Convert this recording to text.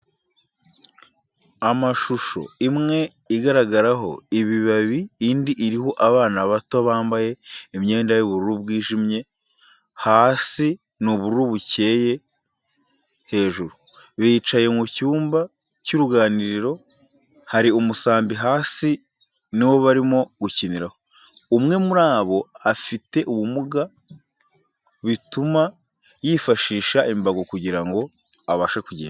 Amashusho imwe igaragaraho ibibabi indi iriho abana bato bambaye imyenda y'ubururu bwijimye hasi n'ubururu bukeye hejuru, bicaye mu cyumba cy'uruganiriro hari umusambi hasi ni wo barimo gukiniraho, umwe muri bo afite ubumuga bituma yifashisha imbago kugira ngo abashe kugenda.